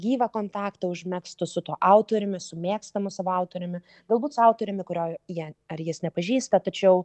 gyvą kontaktą užmegztų su tuo autoriumi su mėgstamu savo autoriumi galbūt su autoriumi kurio jie ar jis nepažįsta tačiau